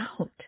out